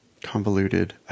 convoluted